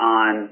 on